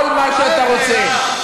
כל מה שאתה רוצה.